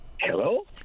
Hello